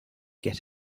get